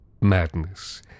Madness